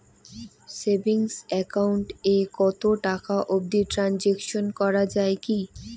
Savings account এ কতো টাকা অবধি ট্রানসাকশান করা য়ায়?